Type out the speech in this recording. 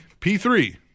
P3